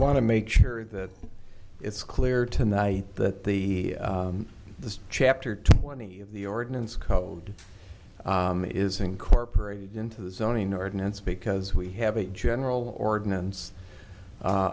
want to make sure that it's clear tonight that the this chapter twenty of the ordinance code is incorporated into the zoning ordinance because we have a general ordinance